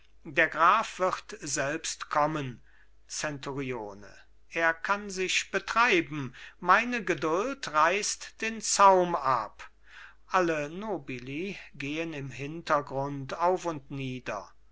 der graf wird selbst kommen zenturione er kann sich betreiben meine geduld reißt den zaum ab alle nobili gehen im hintergrund auf und nieder